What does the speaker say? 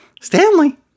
Stanley